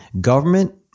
government